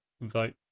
vote